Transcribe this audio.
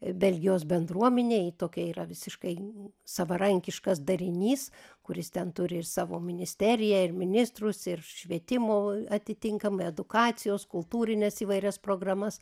belgijos bendruomenė ji tokia yra visiškai savarankiškas darinys kuris ten turi ir savo ministeriją ir ministrus ir švietimo atitinkamai edukacijos kultūrines įvairias programas